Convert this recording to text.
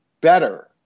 better